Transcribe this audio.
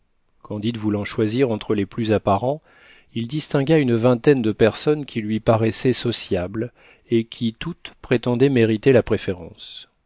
candide voulant choisir entre les plus apparents il distingua une vingtaine de personnes qui lui paraissaient sociables et qui toutes prétendaient mériter la préférence